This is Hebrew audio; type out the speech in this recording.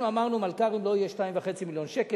אנחנו אמרנו: לגבי מלכ"רים לא יהיה 2.5 מיליון שקל,